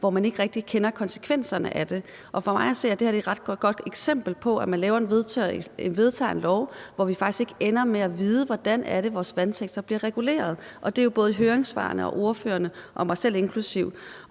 hvor man ikke rigtig kender konsekvenserne af dem. For mig at se er det her et ret godt eksempel på, at man vedtager et lovforslag, hvor vi faktisk ikke ender med at vide, hvordan det er, vores vandsektor bliver reguleret – og det er jo både i høringssvarene og fra ordførerne, mig selv inklusive.